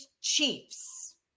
Chiefs